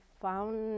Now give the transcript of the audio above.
found